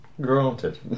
granted